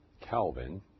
Calvin